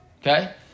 Okay